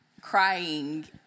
crying